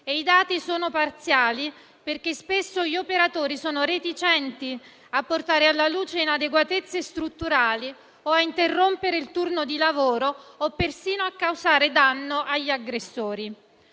di dati parziali, perché spesso gli operatori sono reticenti a portare alla luce inadeguatezze strutturali o a interrompere il turno di lavoro o persino a causare danno agli aggressori.